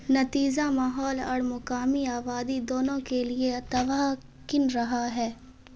نتیجہ ماحول اور مقامی آبادی دونوں کے لیے تباہ کن رہا ہے